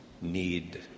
need